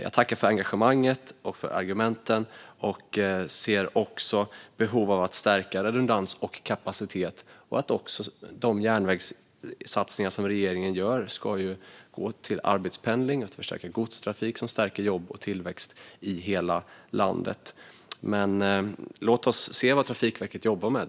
Jag tackar för engagemanget och för argumenten och ser också behov av att stärka redundans och kapacitet. De järnvägssatsningar som regeringen gör ska gå till arbetspendling och förstärkt godstrafik som stärker jobb och tillväxt i hela landet. Men låt oss se vad Trafikverket jobbar med.